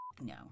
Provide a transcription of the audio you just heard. No